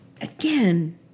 again